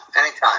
Anytime